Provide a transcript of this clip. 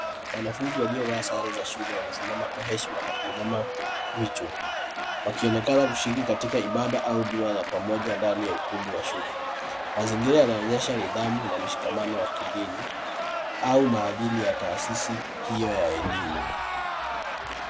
Wanafunzi waliovaa sare za shule wamesimama kwa heshima na kuinama vichwa. Wakionekana kushiriki katika ibada au dua la pamoja ndani ya ukumbi wa shule. Mazingira yanaonyesha nidhamu na mshikamano wa kidini, au maadili ya taasisi hiyo ya elimu.